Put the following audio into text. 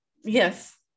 Yes